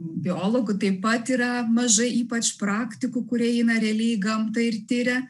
biologų taip pat yra mažai ypač praktikų kurie eina realiai į gamtą ir tiria